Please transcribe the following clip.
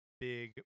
big